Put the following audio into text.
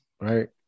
Right